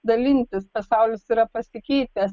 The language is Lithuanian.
dalintis pasaulis yra pasikeitęs